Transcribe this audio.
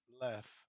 left